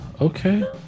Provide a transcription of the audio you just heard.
Okay